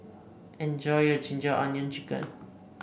enjoy your ginger onion chicken